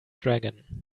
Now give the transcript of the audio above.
dragon